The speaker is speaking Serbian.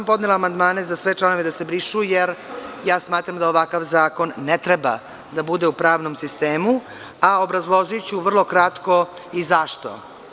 Podnela sam amandmane za sve članove da se brišu, jer ja smatram da ovakav zakon ne treba da bude u pravnom sistemu, a obrazložiću vrlo kratko i zašto.